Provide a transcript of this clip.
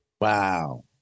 Wow